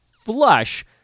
flush